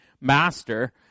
master